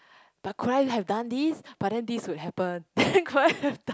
but could I have done this but then this would happen then could I have done